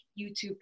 YouTube